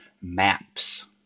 maps